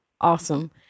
Awesome